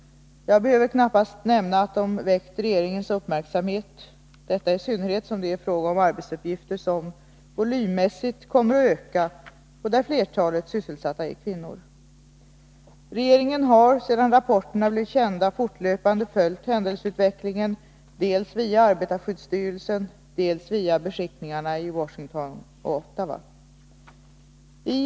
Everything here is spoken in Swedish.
Jag behöver knappast nämna att de väckt regeringens uppmärksamhet, detta i synnerhet som det är fråga om arbetsuppgifter som volymmässigt kommer att öka och där flertalet sysselsatta är kvinnor. Regeringen har sedan rapporterna blev kända fortlöpande följt händelseutvecklingen dels via arbetarskyddsstyrelsen, dels via beskickningarna i Washington och Ottawa.